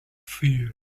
fear